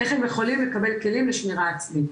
איך הם יכולים לקבל כלים לשמירה עצמית.